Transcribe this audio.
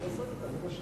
ולעשות אותן,